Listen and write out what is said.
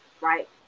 right